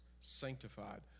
sanctified